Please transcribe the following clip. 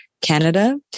canada